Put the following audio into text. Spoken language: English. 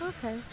Okay